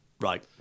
Right